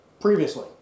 Previously